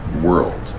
world